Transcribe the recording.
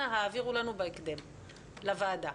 אנא העבירו את זה לוועדה בהקדם.